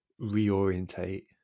reorientate